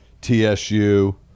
TSU